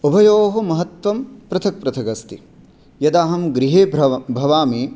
उभयोः महत्वं पृथक् पृथगस्ति यदा अहं गृहे भ्रव् भवामि